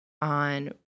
on